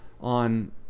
on